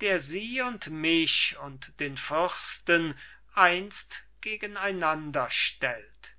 der sie und mich und den fürsten einst gegen einander stellt